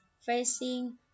facing